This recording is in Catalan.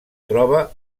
troba